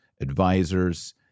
advisors